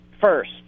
first